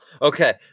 Okay